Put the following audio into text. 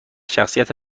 شخصیت